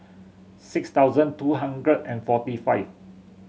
six thousand two hundred and forty five